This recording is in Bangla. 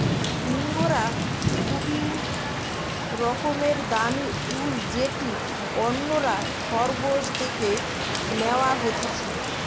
ইঙ্গরা খুবই রকমের দামি উল যেটি অন্যরা খরগোশ থেকে ন্যাওয়া হতিছে